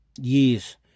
years